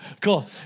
Cool